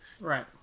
Right